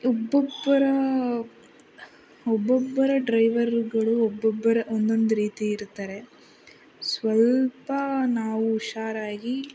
ಒಬ್ಬೊಬ್ಬರ ಒಬ್ಬೊಬ್ಬರ ಡ್ರೈವರ್ಗಳು ಒಬ್ಬೊಬ್ಬರ ಒಂದೊಂದು ರೀತಿ ಇರ್ತಾರೆ ಸ್ವಲ್ಪ ನಾವು ಹುಷಾರಾಗಿ